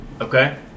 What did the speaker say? okay